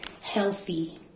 healthy